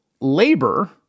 labor